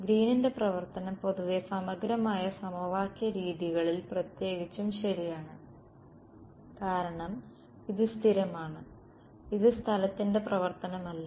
ഗ്രീനിന്റെ പ്രവർത്തനം പൊതുവെ സമഗ്രമായ സമവാക്യ രീതികളിൽ പ്രത്യേകിച്ചും ശരിയാണ് കാരണം ഇത് സ്ഥിരമാണ് ഇത് സ്ഥലത്തിന്റെ പ്രവർത്തനമല്ല